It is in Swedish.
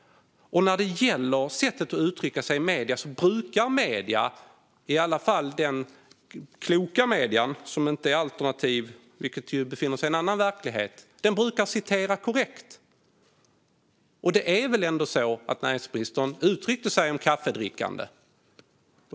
När det gäller sättet att uttrycka sig i medierna brukar dessa, i alla fall de kloka medier som inte är alternativa och befinner sig i en annan verklighet, citera korrekt. Det var väl ändå så att näringsministern uttryckte sig i termer av kaffedrickande.